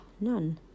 none